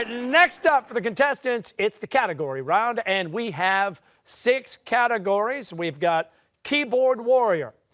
next up for the contestants, it's the category round, and we have six categories. we've got keyboard warrior,